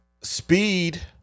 speed